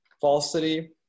falsity